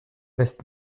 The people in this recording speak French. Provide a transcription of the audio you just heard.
reste